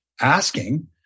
asking